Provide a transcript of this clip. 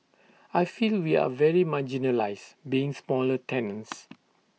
I feel we are very marginalised being smaller tenants